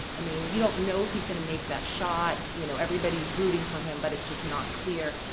i mean you don't know if he's gonna make that shot. you know everybody's rooting for him, but it's just not clear.